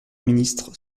ministre